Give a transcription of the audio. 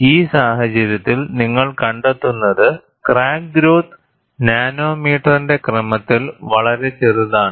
ഈ സാഹചര്യത്തിൽ നിങ്ങൾ കണ്ടെത്തുന്നത് ക്രാക്ക് ഗ്രോത്ത് നാനോമീറ്ററിന്റെ ക്രമത്തിൽ വളരെ ചെറുതാണ്